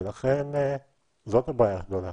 ולכן, זאת הבעיה הגדולה.